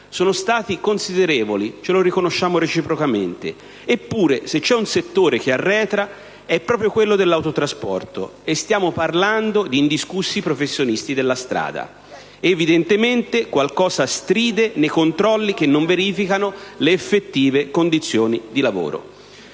sono stati considerevoli. Eppure, se c'è un settore che arretra è proprio quello dell'autotrasporto, e stiamo parlando di indiscussi professionisti della strada. Evidentemente qualcosa stride nei controlli che non verificano le effettive condizioni di lavoro.